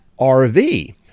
RV